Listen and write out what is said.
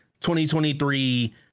2023